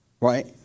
Right